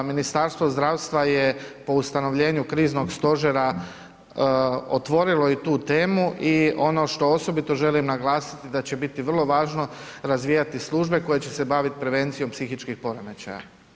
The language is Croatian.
Ministarstvo zdravstva je po ustanovljenju Kriznog stožera, otvorilo je tu temu i ono što osobito želim naglasiti, da će biti vrlo važno, razvijati službe koje će se baviti prevencijom psihičkih poremećaja.